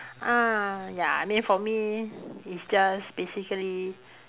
ah ya I mean for me it's just basically